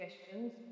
questions